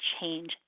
change